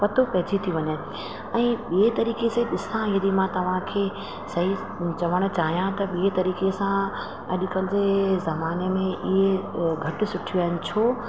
पतो पइजी थियूं वञनि ऐं ॿियो तरीक़े से ॾिसां यदी मां तव्हांखे सही चवणु चाहियां त ॿिए तरीक़े सां अॼुकल्ह जे ज़माने में इहे घटि सुठियूं आहिनि छो